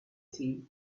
slightly